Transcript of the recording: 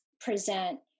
present